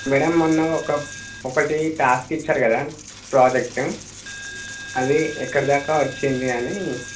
madam మొన్న ఒక ఒకటి టాస్క్ ఇచ్చారు కదా ప్రాజెక్ట్ అది ఎక్కడి దాకా వచ్చింది అని